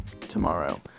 tomorrow